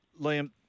Liam